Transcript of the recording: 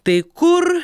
tai kur